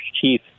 chief